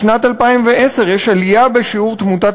משנת 2010 יש עלייה בשיעור תמותת